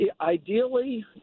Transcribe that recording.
ideally